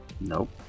Nope